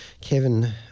Kevin